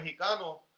Mexicano